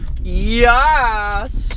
Yes